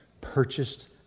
purchased